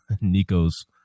Nico's